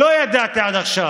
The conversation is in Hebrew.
לא ידעתי עד עכשיו.